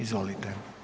Izvolite.